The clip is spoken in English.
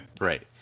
Right